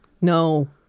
No